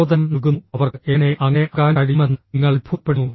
പ്രചോദനം നൽകുന്നു അവർക്ക് എങ്ങനെ അങ്ങനെ ആകാൻ കഴിയുമെന്ന് നിങ്ങൾ അത്ഭുതപ്പെടുന്നു